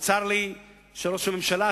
וצר לי שראש הממשלה,